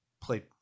played